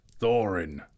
Thorin